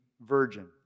virgin